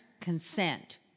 Consent